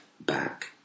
back